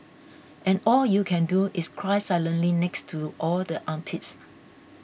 and all you can do is cry silently next to all the armpits